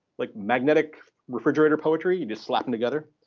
like magnetic refrigerator poetry, you just slap them together.